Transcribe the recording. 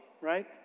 right